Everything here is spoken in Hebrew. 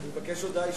אני מבקש הודעה אישית.